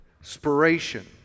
inspiration